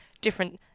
different